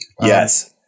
Yes